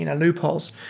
you know loopholes.